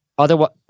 Otherwise